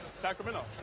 Sacramento